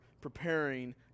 preparing